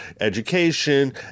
education